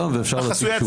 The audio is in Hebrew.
החסויה ואפשר להציג שוב.